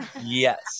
Yes